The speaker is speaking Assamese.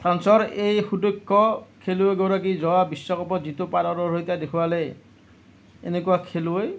ফ্ৰাঞ্চৰ এই সুদক্ষ খেলুলৈগৰাকী যোৱা বিশ্বকাপত যিটো পাৰদৰ্শিতা দেখুৱালে এনেকুৱা খেলুৱৈ